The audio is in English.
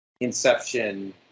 Inception